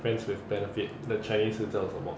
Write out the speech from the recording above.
friends with benefit then chinese 是叫什么